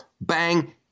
Bang